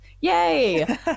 Yay